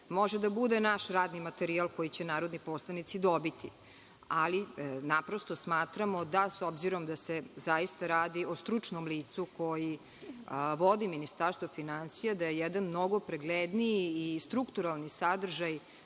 može da bude naš radni materijal koji će narodni poslanici dobiti, ali prosto smatramo da, s obzirom da se zaista radi o stručnom licu koji vodi Ministarstva finansija, jedan mnogo pregledniji i strukturalni sadržaj